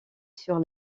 sur